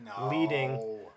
leading